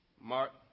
Mark